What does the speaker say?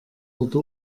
wurde